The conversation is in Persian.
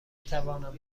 توانم